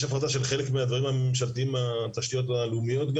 יש הפרטה של חלק מהדברים הממשלתיים מהתשתיות הלאומיות.